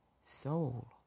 soul